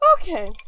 Okay